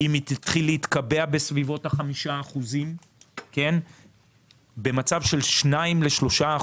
אם היא תתחיל להתקבע בסביבות ה-5% במצב של 2%-3%,